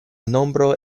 nombro